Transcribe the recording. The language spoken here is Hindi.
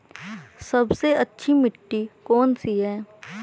सबसे अच्छी मिट्टी कौन सी है?